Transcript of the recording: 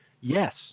yes